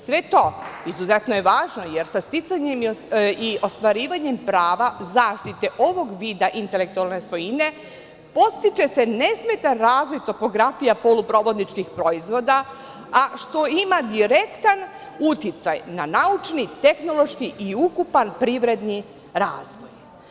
Sve to izuzetno je važno, jer sticanjem i ostvarivanjem prava zaštite ovog vida intelektualne svojine podstiče se nesmetan razvoj topografija poluprovodničkih proizvoda, a što ima direktan uticaj n a naučni, tehnološki i ukupan privredni razvoj.